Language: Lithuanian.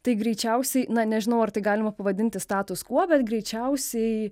tai greičiausiai na nežinau ar tai galima pavadinti status kvo bet greičiausiai